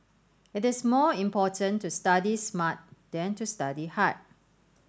it is more important to study smart than to study hard